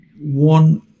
one